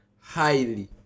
highly